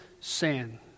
sin